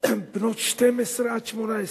בנות 12 עד 18,